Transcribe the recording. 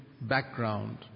background